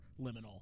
liminal